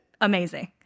amazing